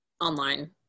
online